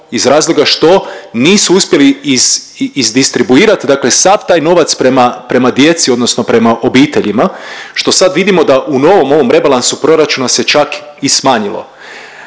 iz razloga što nisu uspjeli isdistribuirat dakle sav taj novac prema, prema djeci odnosno prema obiteljima, što sad vidimo da u novom ovom rebalansu proračuna se čak i smanjilo.